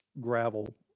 gravel